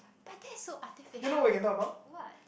but that's so artificial what